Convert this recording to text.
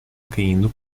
caindo